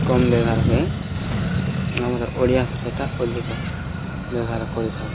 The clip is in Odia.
କମ ବ୍ୟବହାର ହୁଏ ଆମର ଓଡ଼ିଆ ଭାଷାଟା ଅଧିକ ବ୍ୟବହାର କରିଥାଉ